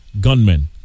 gunmen